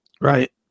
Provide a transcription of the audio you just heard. Right